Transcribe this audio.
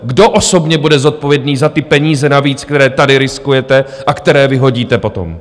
Kdo osobně bude zodpovědný za ty peníze navíc, které tady riskujete a které vyhodíte potom?